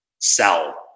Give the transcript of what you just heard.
sell